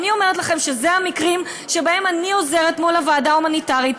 ואני אומרת לכם שאלה המקרים שבהם אני עוזרת מול הוועדה ההומניטרית: